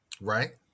right